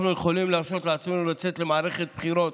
אנחנו יכולים להרשות לעצמנו לצאת למערכת בחירות,